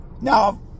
Now